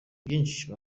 byinshi